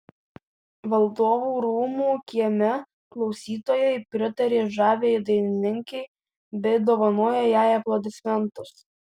valdovų rūmų kieme klausytojai pritarė žaviajai dainininkei bei dovanojo jai aplodismentus